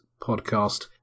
podcast